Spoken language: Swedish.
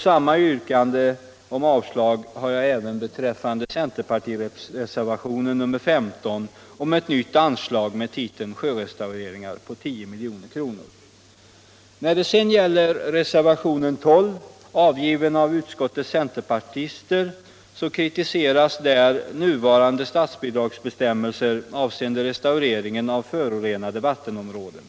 Samma yrkande om avslag har jag beträffande centerpartireservationen nr 15 om ett nytt anslag med titeln Sjörestaureringar på 10 milj.kr. I reservationen 12, avgiven av utskottets centerpartister, kritiseras nuvarande statsbidragsbestämmelser avseende restaurering av förorenade vattenområden.